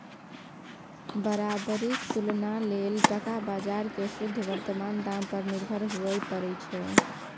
बराबरीक तुलना लेल टका बजार केँ शुद्ध बर्तमान दाम पर निर्भर हुअए परै छै